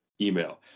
email